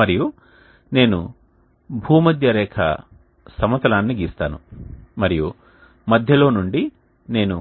మరియు నేను భూమధ్యరేఖ సమతలాన్ని గీస్తాను మరియు మధ్యలో నుండి నేను